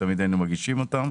תמיד היינו מגישים אותן,